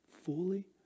fully